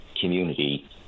community